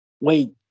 wait